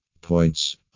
points